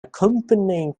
accompanying